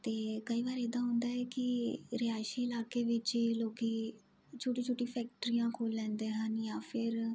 ਅਤੇ ਕਈ ਵਾਰ ਇੱਦਾਂ ਹੁੰਦਾ ਹੈ ਕਿ ਰਿਹਾਇਸ਼ੀ ਇਲਾਕੇ ਵਿੱਚ ਹੀ ਲੋਕੀ ਛੋਟੀ ਛੋਟੀ ਫੈਕਟਰੀਆਂ ਖੋਲ ਲੈਂਦੇ ਹਨ ਜਾਂ ਫਿਰ